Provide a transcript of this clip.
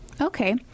Okay